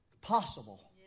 possible